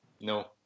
No